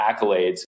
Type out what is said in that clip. accolades